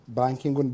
banking